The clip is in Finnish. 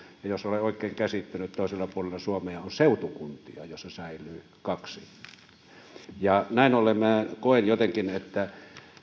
ja jos olen oikein käsittänyt toisella puolella suomea on seutukuntia joissa säilyy kaksi näin ollen minä koen jotenkin että